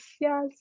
yes